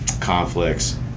conflicts